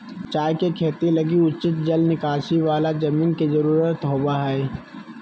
चाय के खेती लगी उचित जल निकासी वाला जमीन के जरूरत होबा हइ